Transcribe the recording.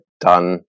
done